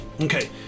Okay